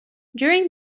during